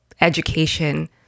education